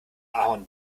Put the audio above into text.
ahorn